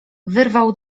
wyrwał